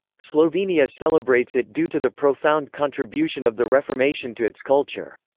slovenia celebrates it due to the profound contribution of the reformation to its culture.